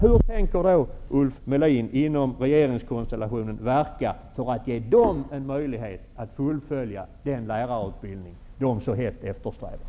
Hur tänker Ulf Melin verka inom regeringskonstellationen för att ge dessa sökande en möjlighet att fullfölja den lärarutbildning de så hett eftersträvar?